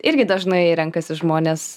irgi dažnai renkasi žmonės